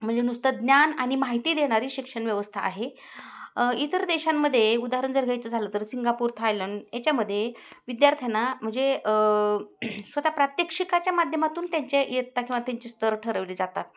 म्हणजे नुसतं ज्ञान आणि माहिती देणारी शिक्षण व्यवस्था आहे इतर देशांमध्ये उदाहरण जर घ्यायचं झालं तर सिंगापूर थायलंड याच्यामध्ये विद्यार्थ्यांना म्हणजे स्वतः प्रात्यक्षिकाच्या माध्यमातून त्यांच्या इयत्ता किंवा त्यांचे स्तर ठरवले जातात